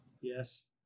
Yes